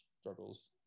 struggles